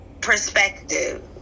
perspective